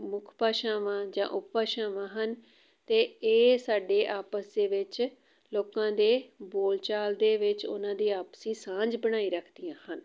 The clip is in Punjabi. ਮੁੱਖ ਭਾਸ਼ਾਵਾਂ ਜਾਂ ਉਪ ਭਾਸ਼ਾਵਾਂ ਹਨ ਅਤੇ ਇਹ ਸਾਡੇ ਆਪਸ ਦੇ ਵਿੱਚ ਲੋਕਾਂ ਦੇ ਬੋਲਚਾਲ ਦੇ ਵਿੱਚ ਉਹਨਾਂ ਦੀ ਆਪਸੀ ਸਾਂਝ ਬਣਾਈ ਰੱਖਦੀਆਂ ਹਨ